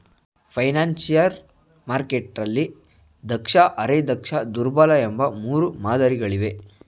financial ಮಾರ್ಕೆಟ್ನಲ್ಲಿ ದಕ್ಷ, ಅರೆ ದಕ್ಷ, ದುರ್ಬಲ ಎಂಬ ಮೂರು ಮಾದರಿ ಗಳಿವೆ